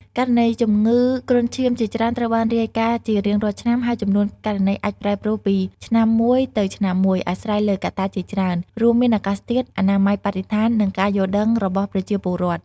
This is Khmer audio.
ករណីជំងឺគ្រុនឈាមជាច្រើនត្រូវបានរាយការណ៍ជារៀងរាល់ឆ្នាំ ហើយចំនួនករណីអាចប្រែប្រួលពីឆ្នាំមួយទៅឆ្នាំមួយ អាស្រ័យលើកត្តាជាច្រើន រួមមានអាកាសធាតុ អនាម័យបរិស្ថាន និងការយល់ដឹងរបស់ប្រជាពលរដ្ឋ។